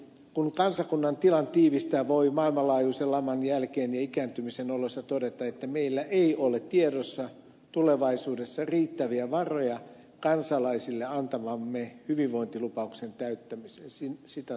kun kansakunnan tilan tiivistää voi maailmanlaajuisen laman jälkeen ja ikääntymisen oloissa todeta että meillä ei ole tiedossa tulevaisuudessa riittäviä varoja kansalaisille antamamme hyvinvointilupauksen täyttämiseen